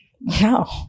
No